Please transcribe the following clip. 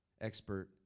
expert